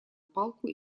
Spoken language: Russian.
палку